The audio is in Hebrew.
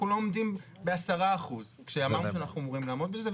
אנחנו לא עומדים ב-10% שאנחנו אמורים לעמוד בזה,